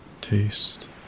taste